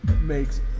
makes